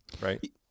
right